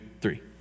three